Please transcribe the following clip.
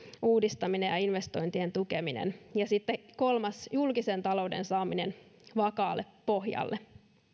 uudistaminen ja investointien tukeminen ja sitten kolmas on julkisen talouden saaminen vakaalle pohjalle